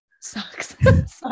Sucks